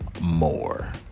more